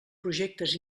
projectes